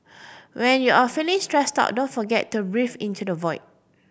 when you are feeling stressed out don't forget to breathe into the void